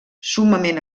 summament